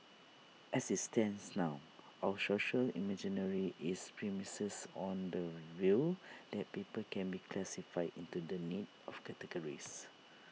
as IT stands now our social imaginary is premised on the view that people can be classified into the neat of categories